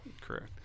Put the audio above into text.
Correct